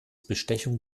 bestechung